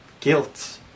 guilt